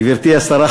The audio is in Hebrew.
גברתי השרה,